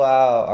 Wow